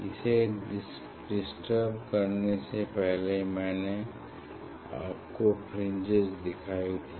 इसे डिस्टर्ब करने से पहले मैंने आपको फ्रिंजेस दिखाई थी